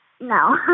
No